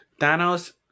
Thanos